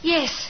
Yes